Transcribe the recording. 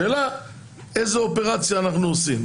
השאלה איזה אופרציה אנחנו עושים.